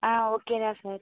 ஆ okay தான் sir